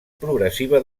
progressiva